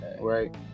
right